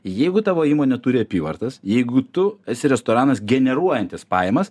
jeigu tavo įmonė turi apyvartas jeigu tu esi restoranas generuojantis pajamas